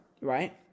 right